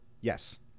Yes